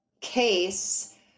case